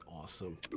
Awesome